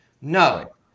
No